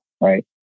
right